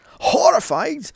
Horrified